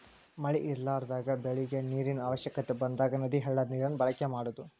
ಮಳಿ ಇರಲಾರದಾಗ ಬೆಳಿಗೆ ನೇರಿನ ಅವಶ್ಯಕತೆ ಬಂದಾಗ ನದಿ, ಹಳ್ಳದ ನೇರನ್ನ ಬಳಕೆ ಮಾಡುದು